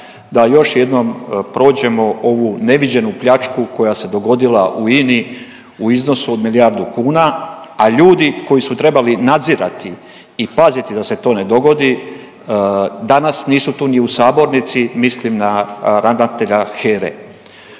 da još jednom prođemo ovu neviđenu pljačku koja se dogodila u INA-i u iznosu od milijardu kuna, a ljudi koji su trebali nadzirati i paziti da se to ne dogodi, danas nisu tu ni u sabornici, mislim na ravnatelja HERA-e.